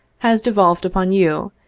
has devolved upon you,